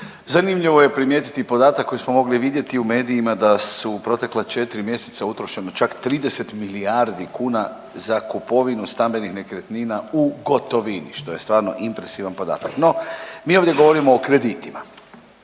Zanimljivo je primijetiti podatak koji smo mogli vidjeti u medijima da su u protekla 4. mjeseca utrošeno čak 30 milijardi kuna za kupovinu stambenih nekretnina u gotovini, što je stvarno impresivan podatak, no mi ovdje govorimo o kreditima.